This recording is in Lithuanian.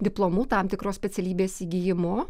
diplomu tam tikros specialybės įgijimu